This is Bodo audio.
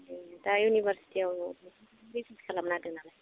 ए दा इउनिभार्सिटि आव रिसार्स खालामनो नागिरदोंनालाय